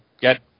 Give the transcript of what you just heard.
get